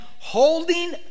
holding